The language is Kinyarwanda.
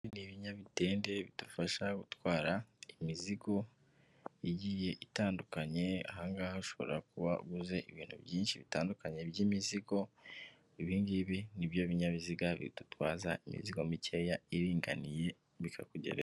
Ni ibinyabitende bidufasha gutwara imizigo igiye itandukanye ahangahashobora kubagu ibintu byinshi bitandukanye by'imizigo ibingibi nibyo binyabiziga bidutwaza imizigo mikeya iringaniye bikakugeraho.